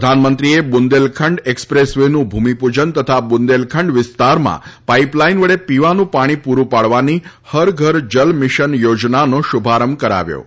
પ્રધાનમંત્રીએ બુંદેલખંડ એક્સપ્રેસ વેનું ભૂમિ પૂજન અને બુંદેલખંડ વિસ્તારમાં પાઇપલાઇન વડે પીવાનું પાણી પુરુ પાડવાની હર ઘર જલ મિશન યોજનાનો શુભારંભ કરાવ્યો હતો